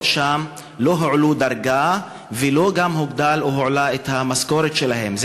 שם לא הועלו בדרגה וגם לא הוגדלה או הועלתה המשכורת שלהן.